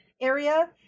area